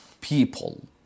people